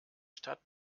stadt